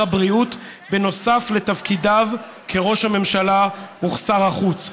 הבריאות בנוסף לתפקידיו כראש הממשלה וכשר החוץ,